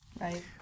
Right